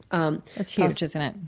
um that's huge, isn't it?